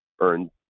earned